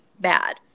bad